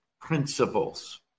principles